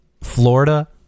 Florida